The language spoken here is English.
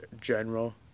general